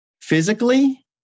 physically